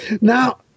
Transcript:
Now